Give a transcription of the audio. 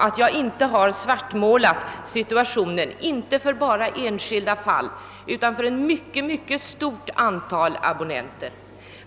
att jag inte har svartmålat situationen, ty det är inte några enstaka fall jag anfört, utan det gäller ett mycket stort antal abonnenter.